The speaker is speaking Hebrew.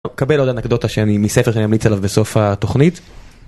קבל עוד אנקדוטה שאני.. מספר שאני אמליץ עליו בסוף התוכנית.